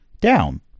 down